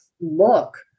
look